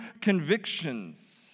convictions